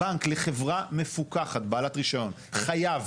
הבנק לחברה מפוקחת בעלת רישיון חייב